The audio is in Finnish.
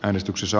äänestyksissä